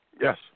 Yes